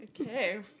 okay